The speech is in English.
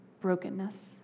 brokenness